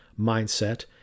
mindset